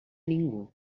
ningú